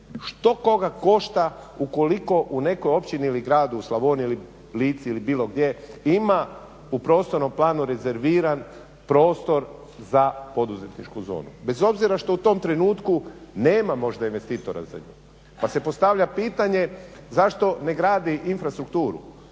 Što koga košta ukoliko u nekoj općini ili gradu u Slavoniji, Lici ili bilo gdje ima u prostornom planu rezerviran prostor za poduzetničku zonu bez obzira što u tom trenutku nema možda investitora za nju. Pa se postavlja pitanje zašto ne gradi infrastrukturu?